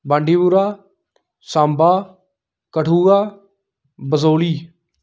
बांडी पुरा साम्वा कठुआ बसोह्ली